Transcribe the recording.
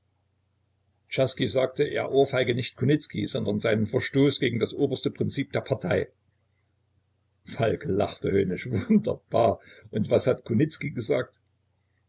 sagte er ohrfeige nicht kunicki sondern seinen verstoß gegen das oberste prinzip der partei falk lachte höhnisch wunderbar und was hat kunicki gesagt